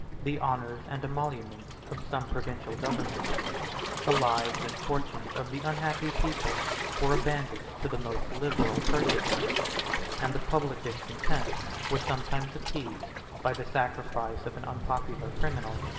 the honors and emoluments of some provincial government the lives and fortunes of the unhappy people were abandoned to the most liberal purchaser and the public discontent was sometimes appeased by the sacrifice of an unpopular criminal,